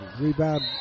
Rebound